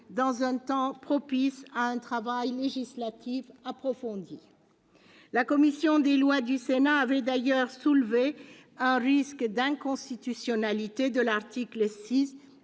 dans un temps propice à un travail législatif approfondi. La commission des lois du Sénat avait d'ailleurs soulevé un risque d'inconstitutionnalité de l'article 6